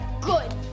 good